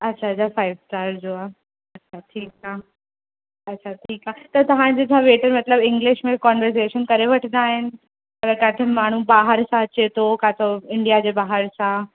अच्छा अच्छा five star जो आहे अच्छा ठीकु आहे अच्छा ठीकु आहे त तव्हांजो छा वेट मतिलब इंग्लिश में कान्वर्सेशन करे वठंदा आहिनि पर किथां माण्हू ॿाहिरि सां अचे थो किथां इंडिया जे ॿाहिरि सां